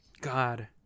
god